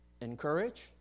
encourage